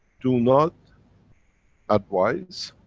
do not advise,